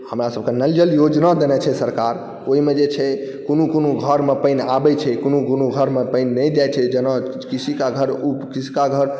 हमरासभकेँ नल जल योजना देने छै सरकार ओहिमे जे छै कोनो कोनो घरमे पानि आबैत छै कोनो कोनो घरमे पानि नहि जाइत छै जेना किसी का घर किसका घर